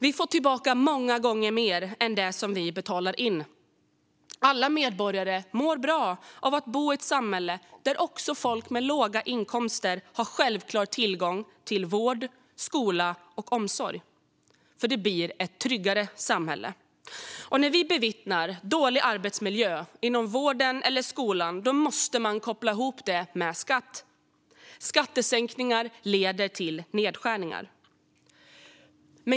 Vi får tillbaka många gånger mer än det vi betalar in. Alla medborgare mår bra av att bo i ett samhälle där också folk med låga inkomster har självklar tillgång till vård, skola och omsorg. Det blir ett tryggare samhälle då. När vi bevittnar dålig arbetsmiljö inom vården eller skolan måste vi koppla ihop det med skatt. Skattesänkningar leder till nedskärningar.